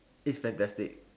it's fantastic